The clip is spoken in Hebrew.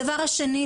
הדבר השני,